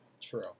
True